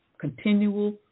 continual